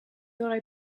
thought